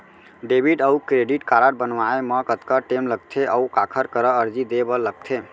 Debit अऊ credit card बनवाए मा कतका टेम लगथे, अऊ काखर करा अर्जी दे बर लगथे?